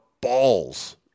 balls